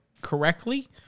correctly